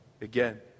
Again